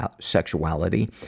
sexuality